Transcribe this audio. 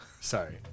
Sorry